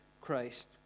Christ